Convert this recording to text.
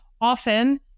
often